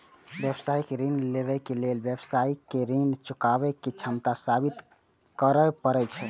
व्यावसायिक ऋण लेबय लेल व्यवसायी कें ऋण चुकाबै के क्षमता साबित करय पड़ै छै